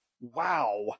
wow